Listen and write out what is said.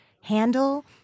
handle